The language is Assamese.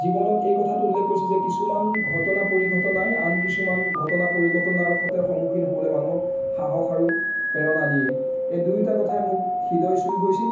জীৱনত এই কথাটো উল্লেখ কৰিছে যে কিছুমান ঘটনা পৰিঘটনাই আন কিছুমান ঘটনা পৰিঘটনাৰ সৈতে সন্মুখীন হ'বলৈ মানুহক সাহস আৰু প্ৰেৰণা দিয়ে এই দুয়োটা কথাই মোৰ হৃদয় চুই গৈছিল